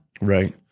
Right